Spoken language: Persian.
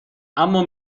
اما